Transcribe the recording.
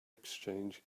exchange